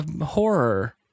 horror